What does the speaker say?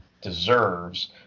deserves